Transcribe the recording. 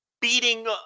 beating